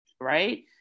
right